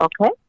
okay